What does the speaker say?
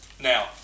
Now